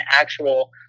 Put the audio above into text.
actual